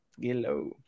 Hello